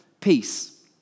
peace